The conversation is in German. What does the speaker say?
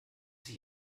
sich